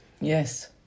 Yes